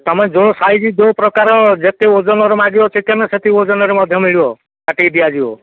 ତୁମେ ଯେଉଁ ସାଇଜ୍ ଯେଉଁ ପ୍ରକାର ଯେତେ ଓଜନର ମାଗିବ ଚିକେନ୍ ସେତିକି ଓଜନରେ ମଧ୍ୟ ମିଳିବ କାଟିକି ଦିଆଯିବ